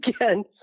again